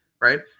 right